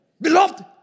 Beloved